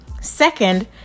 Second